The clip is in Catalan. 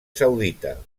saudita